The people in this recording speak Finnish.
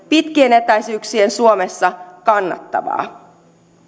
pitkien etäisyyksien suomessa kannattavaa